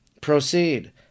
proceed